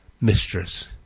mistress